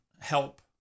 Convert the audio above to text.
help